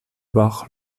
bach